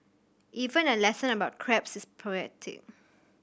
even a lesson about crabs is poetic